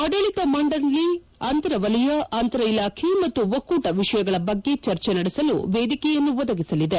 ಆಡಳಿತ ಮಂಡಳಿ ಅಂತರ ವಲಯ ಅಂತರ ಇಲಾಖೆ ಮತ್ತು ಒಕ್ಕೂಟ ವಿಷಯಗಳ ಬಗ್ಗೆ ಚರ್ಚೆ ನಡೆಸಲು ವೇದಿಕೆಯನ್ನು ಒದಗಿಸಲಿದೆ